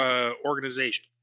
organization